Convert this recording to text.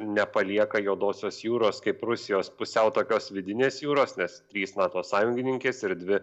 nepalieka juodosios jūros kaip rusijos pusiau tokios vidinės jūros nes trys nato sąjungininkės ir dvi